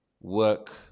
work